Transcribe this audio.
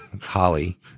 Holly